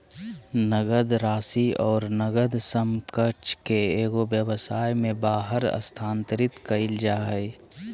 नकद राशि और नकद समकक्ष के एगो व्यवसाय में बाहर स्थानांतरित कइल जा हइ